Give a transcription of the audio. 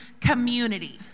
community